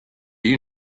you